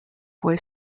boy